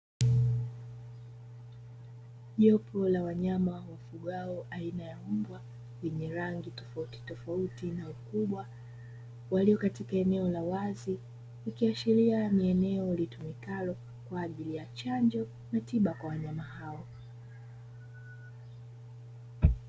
Jopo la wanyama wafugwao aina ya mbwa lenye rangi tofautitofauti na ukubwa walio katika eneo la wazi, ikiashiria ni eneo litumikalo kwa ajili ya chanjo na tiba kwa wanyama hao.